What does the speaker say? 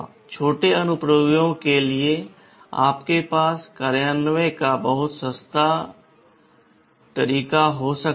छोटे अनुप्रयोगों के लिए आपके पास कार्यान्वयन का बहुत सस्ता तरीका हो सकता है